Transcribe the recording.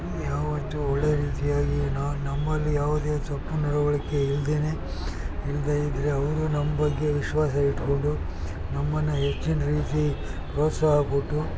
ಯಾವತ್ತೂ ಒಳ್ಳೆಯ ರೀತಿಯಾಗಿ ನಮ್ಮಲ್ಲಿ ಯಾವುದೇ ತಪ್ಪು ನಡವಳಿಕೆ ಇಲ್ಲದೇನೆ ಇಲ್ಲದೇ ಇದ್ದರೆ ಅವರು ನಮ್ಮ ಬಗ್ಗೆ ವಿಶ್ವಾಸ ಇಟ್ಕೊಂಡು ನಮ್ಮನ್ನು ಹೆಚ್ಚಿನ ರೀತಿ ಪ್ರೋತ್ಸಾಹ ಕೊಟ್ಟು